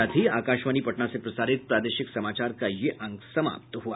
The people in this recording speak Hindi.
इसके साथ ही आकाशवाणी पटना से प्रसारित प्रादेशिक समाचार का ये अंक समाप्त हुआ